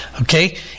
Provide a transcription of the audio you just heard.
Okay